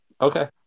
Okay